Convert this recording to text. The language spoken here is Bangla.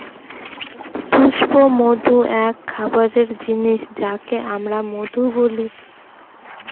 পুষ্পমধু এক খাবারের জিনিস যাকে আমরা মধু বলি